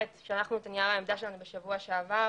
שלחנו את נייר העמדה שלנו בנושא בשבוע שעבר